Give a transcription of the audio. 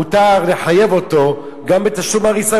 מותר לחייב אותו גם בתשלום הריסה,